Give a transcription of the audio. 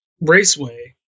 Raceway